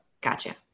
Gotcha